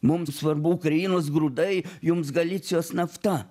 mums svarbu ukrainos grūdai jums galicijos nafta